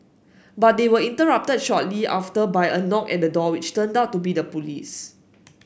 but they were interrupted shortly after by a knock at the door which turned out to be the police